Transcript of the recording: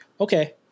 okay